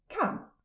Come